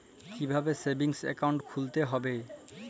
কীভাবে savings account খুলতে হবে?